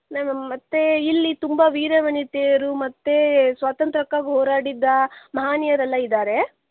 ಮತ್ತು ಇಲ್ಲಿ ತುಂಬ ವೀರವನಿತೆಯರು ಮತ್ತು ಸ್ವಾತಂತ್ರಕ್ಕಾಗಿ ಹೋರಾಡಿದ್ದ ಮಹನೀಯರೆಲ್ಲ ಇದ್ದಾರೆ